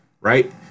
right